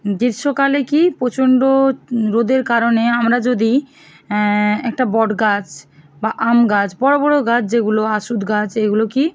গ্রীষ্মকালে কী প্রচণ্ড রোদের কারণে আমরা যদি একটা বটগাছ বা আম গাছ বড়ো বড়ো গাছ যেগুলো অশথ গাছ এইগুলো কি